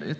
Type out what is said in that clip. Det